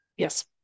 Yes